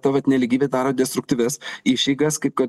ta vat nelygybė daro destruktyvias išeigas kaip kad